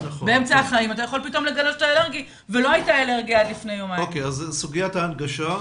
אם כך, סוגיית ההנגשה.